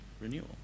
Renewal